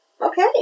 Okay